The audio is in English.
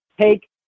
take